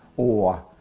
or,